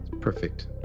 perfect